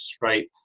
right